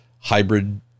hybrid